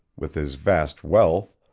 with his vast wealth,